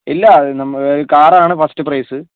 ഇല്ല അത് നമ്മൾ കാറാണ് ഫസ്റ്റ് പ്രൈസ്